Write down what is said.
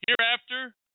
Hereafter